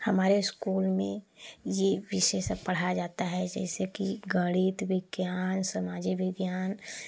हमारे स्कूल में ये विषय सब पढ़ाया जाता है जैसे कि गणित विज्ञान सामाजिक विज्ञान